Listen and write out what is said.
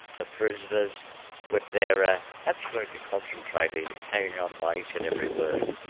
the prisoners with their ah absolutely concentrating, hanging on my each and every word,